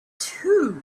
two